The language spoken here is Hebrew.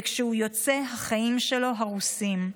וכשהוא יוצא החיים שלו הרוסים.